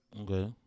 Okay